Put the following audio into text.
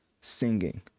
singing